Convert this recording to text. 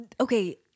Okay